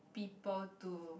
people to